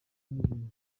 n’ibintu